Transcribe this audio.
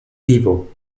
vivo